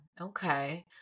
Okay